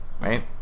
right